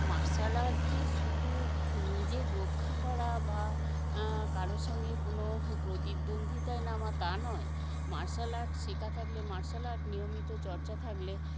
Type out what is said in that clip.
martial art যে শুধু নিজের রক্ষা করা বা করোর সঙ্গে কোন প্রতিদ্বন্দ্বীতাই নামা তা নয় মার্শাল আর্ট শেখা থাকলে মার্শাল আর্ট নিয়মিত চর্চা থাকলে